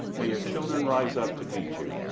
may your children rise up to meet you,